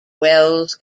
wells